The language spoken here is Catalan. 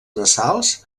nasals